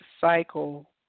cycle